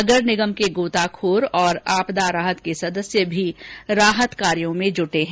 नगर निगम के गोताखोर तथा आपदा राहत के सदस्य भी राहत कार्य में जुटे हैं